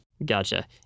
Gotcha